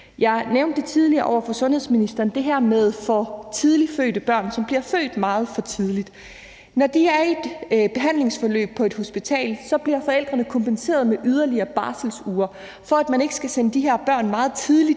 Jeg nævnte tidligere over for sundhedsministeren det her med de børn, som bliver født meget for tidligt, og forældrene bliver, når de er i et behandlingsforløb på et hospital, så kompenseret med yderligere barselsuger, for at man ikke skal sende de her børn i institution